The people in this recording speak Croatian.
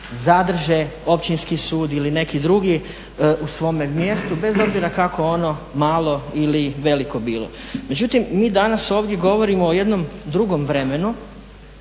zadrže općinski sud ili neki drugi u svome mjestu bez obzira kako ono malo ili veliko bilo. Međutim, mi danas ovdje govorimo o jednom drugom vremenu